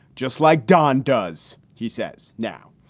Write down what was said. just like don does, he says. now,